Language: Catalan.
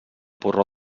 porró